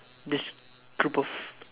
this group of